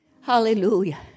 hallelujah